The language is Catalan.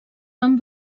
fan